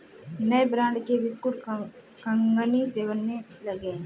नए ब्रांड के बिस्कुट कंगनी से बनने लगे हैं